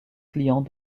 client